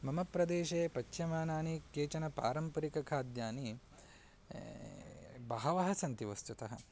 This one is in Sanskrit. मम प्रदेशे पच्यमानानि कानिचन पारम्परिकखाद्यानि बहूनि सन्ति वस्तुतः